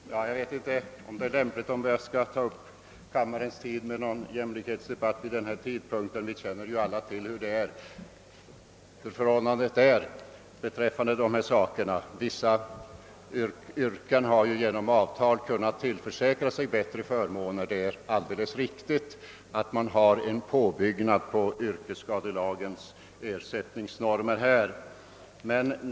Herr talman! Jag vet inte om det är lämpligt att vid denna tidpunkt ta upp kammarens tid med någon jämlikhetsdebatt. Vi känner ju alla till att utövarna av vissa yrken genom avtal har tillförsäkrat sig bättre förmåner i form av en påbyggnad på yrkesskadeförsäkringens ersättningsnormer.